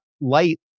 light